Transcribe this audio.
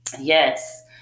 yes